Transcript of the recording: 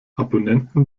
abonnenten